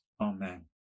Amen